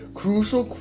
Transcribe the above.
crucial